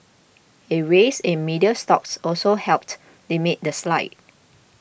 a rise in media stocks also helped limit the slide